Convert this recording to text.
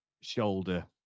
shoulder